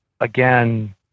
again